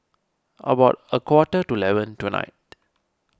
about a quarter to eleven tonight